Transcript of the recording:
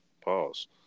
Pause